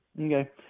okay